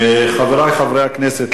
חברי חברי הכנסת,